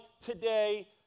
today